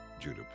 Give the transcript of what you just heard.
Judah